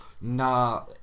Nah